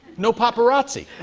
no paparazzi.